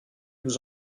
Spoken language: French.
vous